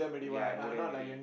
ya I know them already